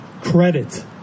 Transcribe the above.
credit